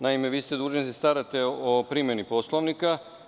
Naime, vi ste dužni da se starate o primeni Poslovnika.